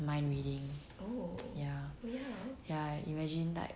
mind reading ya ya imagine like